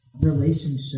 relationship